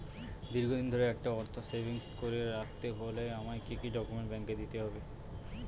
দীর্ঘদিন ধরে একটা অর্থ সেভিংস করে রাখতে হলে আমায় কি কি ডক্যুমেন্ট ব্যাংকে দিতে হবে?